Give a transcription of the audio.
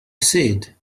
said